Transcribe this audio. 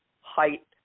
height